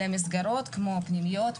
אלה מסגרות כמו פנימיות,